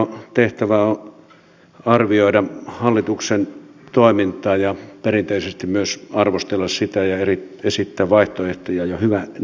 opposition tehtävä on arvioida hallituksen toimintaa ja perinteisesti myös arvostella sitä ja esittää vaihtoehtoja ja hyvä niin